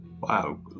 Wow